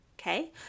Okay